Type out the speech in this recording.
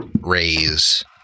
raise